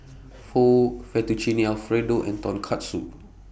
Pho Fettuccine Alfredo and Tonkatsu